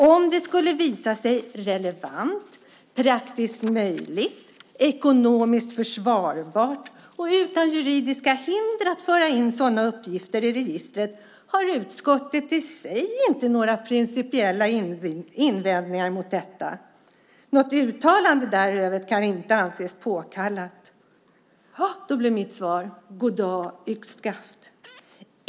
Om det skulle visa sig relevant, praktiskt möjligt, ekonomiskt försvarbart och utan juridiska hinder att föra in sådana uppgifter i registret har utskottet i sig inte några principiella invändningar mot detta. Något uttalande därutöver kan inte anses påkallat. Då blir mitt svar: God dag, yxskaft.